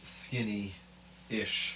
skinny-ish